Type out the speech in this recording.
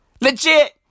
Legit